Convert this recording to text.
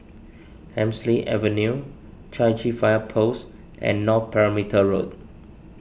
Hemsley Avenue Chai Chee Fire Post and North Perimeter Road